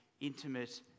intimate